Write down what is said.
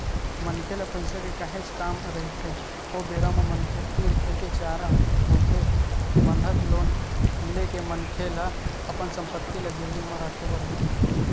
मनखे ल पइसा के काहेच काम रहिथे ओ बेरा म मनखे तीर एके चारा होथे बंधक लोन ले के मनखे ल अपन संपत्ति ल गिरवी म रखे बर होथे